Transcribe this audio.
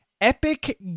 Epic